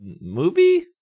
Movie